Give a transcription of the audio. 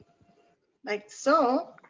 like so.